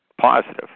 positive